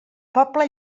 pobla